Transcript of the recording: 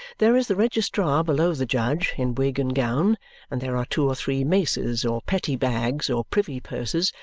there is the registrar below the judge, in wig and gown and there are two or three maces, or petty-bags, or privy purses,